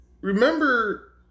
remember